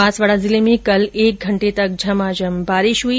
बांसवाडा जिले में कल एक घंटे तक झमाझम बारिश हुई